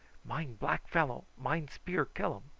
mind black fellow mind spear killum,